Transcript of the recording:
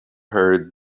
heard